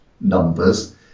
numbers